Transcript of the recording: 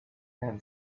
then